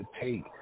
take